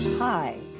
Hi